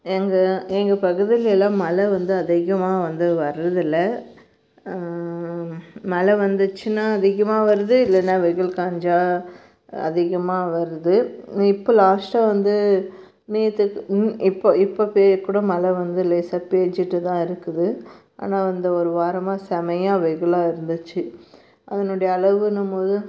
எங்கள் எங்கள் பகுதியில் எல்லாம் மழை வந்து அதிகமாக வந்து வர்றது இல்லை மழை வந்துச்சுன்னா அதிகமாக வருது இல்லைன்னா வெயில் காஞ்சா அதிகமாக வருது இப்போ லாஸ்ட்டாக வந்து நேற்றுக்கு இன் இப்போ இப்போ பெய்ய கூட மழை வந்து லேசாக பெஞ்சிட்டு தான் இருக்குது ஆனால் இந்த ஒரு வாரமாக செமையாக வெயிலா இருந்துச்சு அதனுடைய அளவுன்ன போது